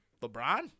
LeBron